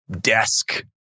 desk